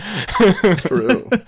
true